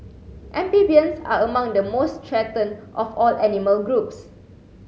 amphibians are among the most threatened of all animal groups